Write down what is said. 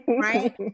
right